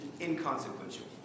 inconsequential